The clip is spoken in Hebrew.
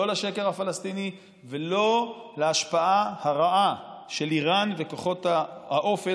לא לשקר הפלסטיני ולא להשפעה הרעה של איראן וכוחות האופל,